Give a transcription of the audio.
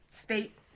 state